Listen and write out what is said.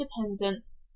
independence